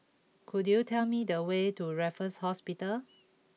could you tell me the way to Raffles Hospital